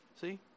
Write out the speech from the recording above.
See